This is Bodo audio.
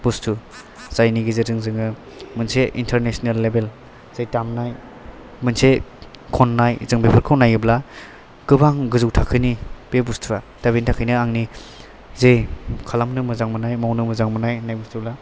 बुस्तु जायनि गेजेरजों जोङो मोनसे इन्टारनेसनेल लेभेल जे दामनाय मोनसे खननाय जों बेफोरखौ नायोब्ला गोबां गोजौ थाखोनि बे बुस्तुवा दा बिनि थाखायनो आंनि जे खालामनो मोजां मोननाय मावनो मोजां मोननाय होननाय बुस्तुब्ला